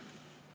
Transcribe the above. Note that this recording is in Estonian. Kõik